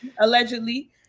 Allegedly